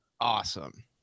awesome